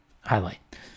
highlight